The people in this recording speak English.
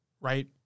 Right